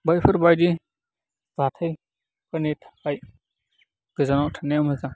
बैफोरबादि जाथाइफोरनि थाखाय गोजानाव थानाया मोजां